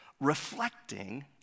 Reflecting